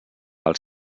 els